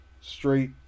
Straight